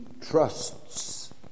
trusts